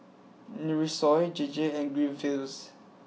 Nutrisoy J J and Greenfields